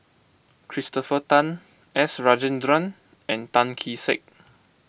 Christopher Tan S Rajendran and Tan Kee Sek